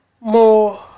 more